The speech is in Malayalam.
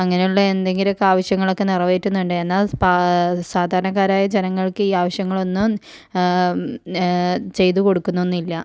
അങ്ങനെയുള്ള എന്തെങ്കിലൊക്കെ ആവശ്യങ്ങളൊക്കെ നിറവേറ്റുന്നുണ്ട് എന്നാൽ പ സാധാരണക്കാരായ ജനങ്ങൾക്ക് ഈ ആവശ്യങ്ങളൊന്നും ചെയ്തു കൊടുക്കുന്നൊന്നും ഇല്ല